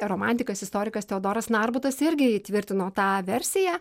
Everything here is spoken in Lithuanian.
romantikas istorikas teodoras narbutas irgi įtvirtino tą versiją